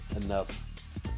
enough